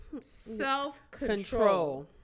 self-control